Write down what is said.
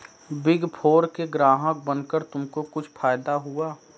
Big four के ग्राहक बनकर तुमको कुछ फायदा हुआ?